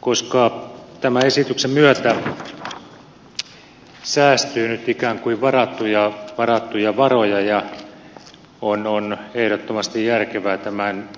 koska tämän esityksen myötä säästyy nyt ikään kuin varattuja varoja ja on ehdottomasti järkevää tämän